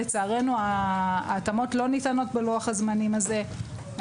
לצערנו ההתאמות לא ניתנות בלוח הזמנים הזה.